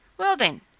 well then,